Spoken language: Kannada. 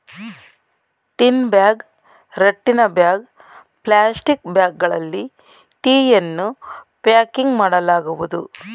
ಟಿನ್ ಬ್ಯಾಗ್, ರಟ್ಟಿನ ಬ್ಯಾಗ್, ಪ್ಲಾಸ್ಟಿಕ್ ಬ್ಯಾಗ್ಗಳಲ್ಲಿ ಟೀಯನ್ನು ಪ್ಯಾಕಿಂಗ್ ಮಾಡಲಾಗುವುದು